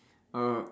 uh